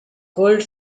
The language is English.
cold